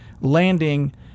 landing